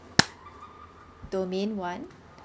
domain one